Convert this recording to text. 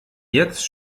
jetzt